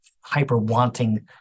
hyper-wanting